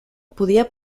podia